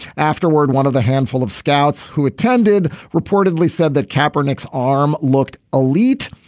afterward one of the handful of scouts who attended reportedly said that capra nick's arm looked elite.